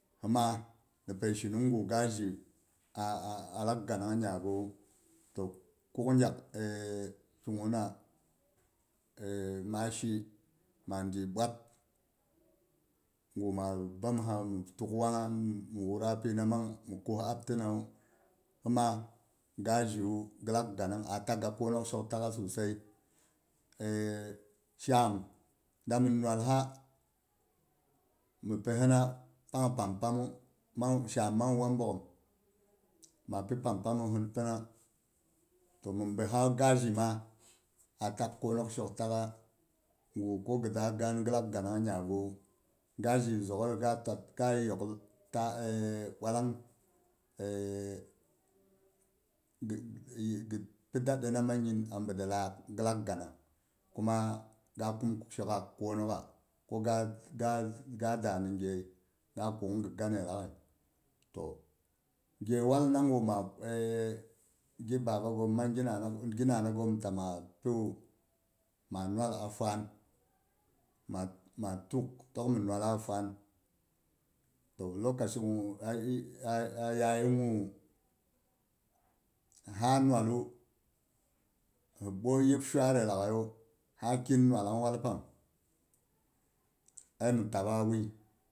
Hi ma ni paishimung guh gaji ghi lak a ganang nyabiwu. To kuk gyak guh na ma duyi ɓwat guh ma bomsa mhi tuk waang ha mu wura pina mu kus aptinawu hima gaji wu a takh ga kunuk shol takha sosai sham ma da mhi nuwalsa mhi pi hina pang pam, pam mu, sham mang wang bogghom ma pi pam pam mossin pina mhi bihawu ga ji ma a takh kunik shok takha gu ko ghi da gaan ghi ganang nyabiwu gaji zoghaiyu gah tab ga yok ɓwalang g- ghi e ghi pi dade na mang yhin a bhidillakh ghi lak ganang kuma ga kum shokhak konokha ko ga da ni ge yey ga kukhn gui ganne laagh to ge waal na gi baba ghim mau gi nana ghom ta ma piyu ma nwal a fuwan, ma tuk to mu nwalla fuwan to lokaci guh ae ai yayi guh ha nwallu hi ɓoyi yip shwade laaghai yu ha kin nwallang waal pang ai mbi tabba wuyi.